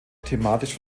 thematisch